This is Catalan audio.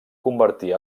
convertir